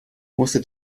musste